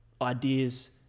ideas